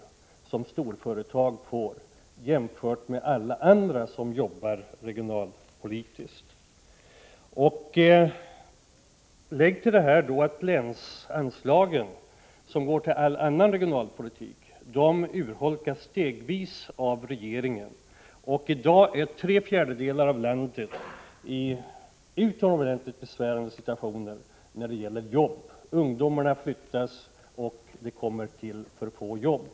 1985/86:78 storföretag får jämfört med alla andra som jobbar regionalpolitiskt. Därtill 13 februari 1986 kommer att länsanslagen, som går till all annan regionalpolitik, stegvis is en g g P EVS Om folkpensionärers urholkas av regeringen. I dag är tre fjärdedelar av landet i en utomordentligt. =: ä Ne i e å rätt till extra avdrag vid besvärande situation när det gäller jobb. Ungdomarna flyttas och det z inkomsttaxeringen tillkommer alltför få jobb.